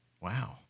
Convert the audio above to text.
Wow